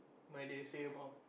where they say about